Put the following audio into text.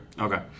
okay